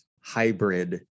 hybrid